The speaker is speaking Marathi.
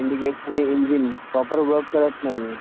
इंडिकेटर आणि इंजिन प्रॉपर वर्क करत नाही आहे